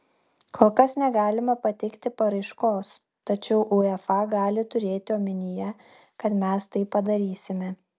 kol kas negalime pateikti paraiškos tačiau uefa gali turėti omenyje kad mes tai padarysime